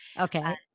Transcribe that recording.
Okay